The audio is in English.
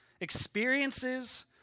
experiences